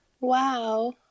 Wow